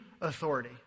authority